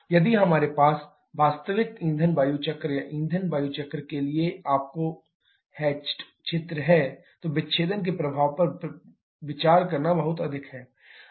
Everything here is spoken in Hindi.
यदि हमारे पास वास्तविक ईंधन वायु चक्र या ईंधन वायु चक्र के लिए आपका हैचेड क्षेत्र है तो विच्छेदन के प्रभाव पर विचार करना बहुत अधिक है